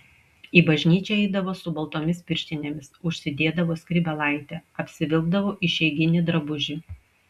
į bažnyčią eidavo su baltomis pirštinėmis užsidėdavo skrybėlaitę apsivilkdavo išeiginį drabužį